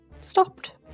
stopped